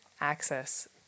access